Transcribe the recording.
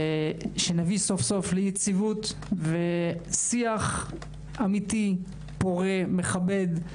ושנביא סוף סוף ליציבות ולשיח אמיתי, פורה, מכבד.